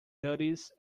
duties